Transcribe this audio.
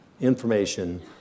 information